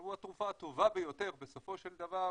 והוא התרופה הטובה ביותר בסופו של דבר,